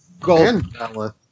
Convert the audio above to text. Gold